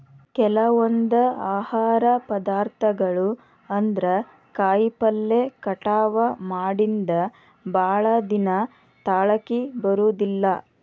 ಕೆಲವೊಂದ ಆಹಾರ ಪದಾರ್ಥಗಳು ಅಂದ್ರ ಕಾಯಿಪಲ್ಲೆ ಕಟಾವ ಮಾಡಿಂದ ಭಾಳದಿನಾ ತಾಳಕಿ ಬರುದಿಲ್ಲಾ